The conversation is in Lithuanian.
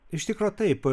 iš tikro taip